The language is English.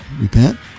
repent